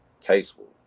tasteful